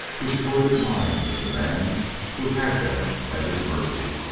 distorted mind of the man who had them at his mercy.